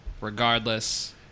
regardless